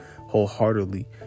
wholeheartedly